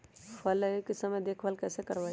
फल लगे के समय देखभाल कैसे करवाई?